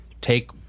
take